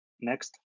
Next